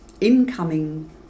incoming